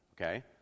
Okay